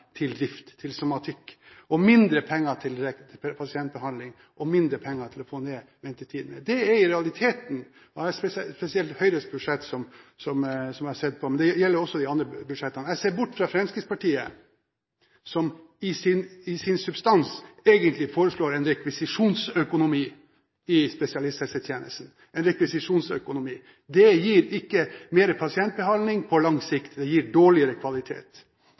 til å få ned ventetidene. Det er realiteten. Det er spesielt Høyres budsjett jeg har sett på, men det gjelder også de andre budsjettene. Jeg ser bort fra Fremskrittspartiet, som i sin substans egentlig foreslår en rekvisisjonsøkonomi i spesialisthelsetjenesten. Det gir ikke mer pasientbehandling på lang sikt, det gir dårligere kvalitet.